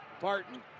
Barton